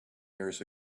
years